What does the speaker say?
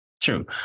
True